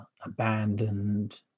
abandoned